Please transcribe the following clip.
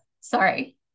sorry